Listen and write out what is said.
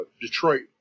Detroit